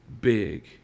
big